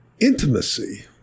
Intimacy